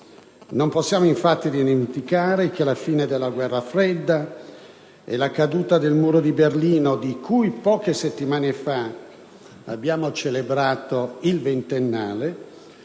Non possiamo infatti dimenticare che la fine della Guerra fredda e la caduta del Muro di Berlino - di cui poche settimane fa abbiamo celebrato il ventennale